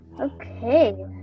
okay